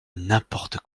n’importe